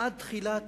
עד תחילת